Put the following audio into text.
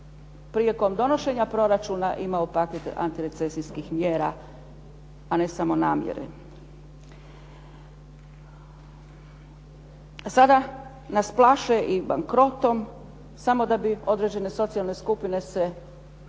prilikom donošenja proračuna imao paket antirecesijskih mjera, a ne samo namjere. Sada nas plaše i bankrotom samo da bi određene socijalne skupine se